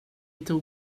tog